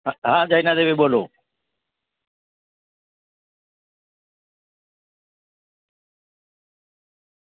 હા હા જયનાદેવી બોલું